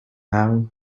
now